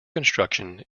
construction